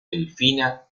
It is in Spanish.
delfina